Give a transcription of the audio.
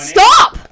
Stop